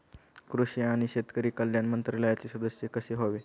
कृषी आणि शेतकरी कल्याण मंत्रालयाचे सदस्य कसे व्हावे?